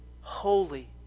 holy